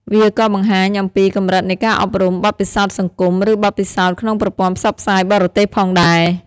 វាក៏បង្ហាញអំពីកម្រិតនៃការអប់រំ បទពិសោធន៍សង្គម ឬបទពិសោធន៍ក្នុងប្រព័ន្ធផ្សព្វផ្សាយបរទេសផងដែរ។